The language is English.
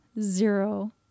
zero